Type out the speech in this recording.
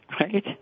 right